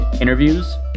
interviews